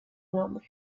nombre